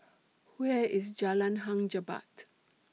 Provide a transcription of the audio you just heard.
Where IS Jalan Hang Jebat